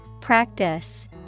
Practice